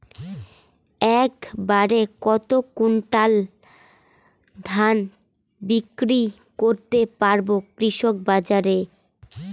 এক বাড়ে কত কুইন্টাল ধান বিক্রি করতে পারবো কৃষক বাজারে?